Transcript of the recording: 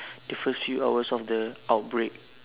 the first few hours of the outbreak